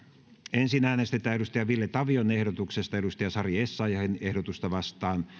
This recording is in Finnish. ensin äänestetään ville tavion ehdotuksesta sari essayahin ehdotusta vastaan